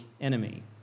enemy